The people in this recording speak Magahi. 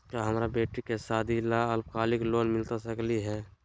का हमरा बेटी के सादी ला अल्पकालिक लोन मिलता सकली हई?